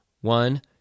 One